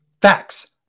facts